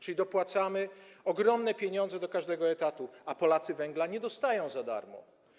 Czyli dopłacamy ogromne pieniądze do każdego etatu, a Polacy węgla nie dostają za darmo.